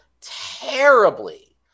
terribly